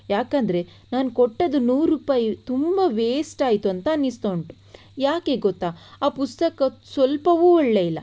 ಯಾಕೆಂದರೆ ನಾನು ಕೊಟ್ಟದ್ದು ನೂರು ರೂಪಾಯಿ ತುಂಬ ವೇಸ್ಟ್ ಆಯಿತು ಅಂತ ಅನ್ನಿಸ್ತಾ ಉಂಟು ಯಾಕೆ ಗೊತ್ತಾ ಆ ಪುಸ್ತಕ ಸ್ವಲ್ಪವೂ ಒಳ್ಳೆದಿಲ್ಲ